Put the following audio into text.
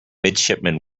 midshipman